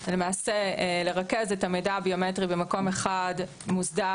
זה למעשה לרכז את המידע הביומטרי במקום אחד מוסדר,